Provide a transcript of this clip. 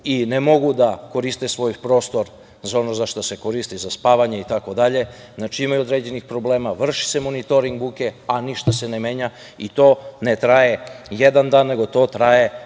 i ne mogu da koriste svoj prostor za ono za šta se koristi, za spavanje itd. Znači, imaju određenih problema, vrši se monitoring buke, a ništa se ne menja i to ne traje jedan dan, nego to traje